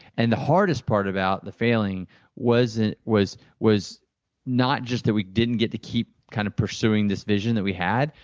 and the hardest part about the failing was and was not just that we didn't get to keep kind of pursuing this vision that we had,